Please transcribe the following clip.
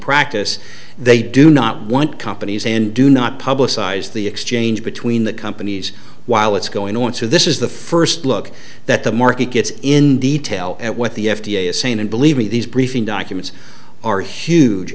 practice they do not want companies and do not publicize the exchange between the companies while it's going on so this is the first look that the market gets in detail at what the f d a is saying and believe me these briefing documents are huge